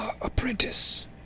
apprentice